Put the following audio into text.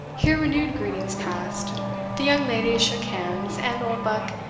here renewed greetings passed the young ladies shook hands and oldbuck,